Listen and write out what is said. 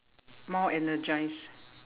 more energized